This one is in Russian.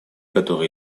которые